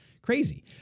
crazy